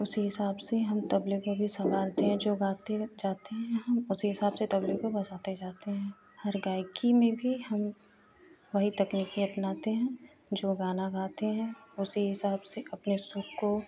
उसी हिसाब से हम तबले को भी संभालते हैं जो गाते जाते हैं हम उसी हिसाब से तबले पर बजाते जाते हैं हर गायकी में भी हम वही तकनीके अपनाते हैं जो गाना गाते हैं उसी हिसाब से अपने सुर को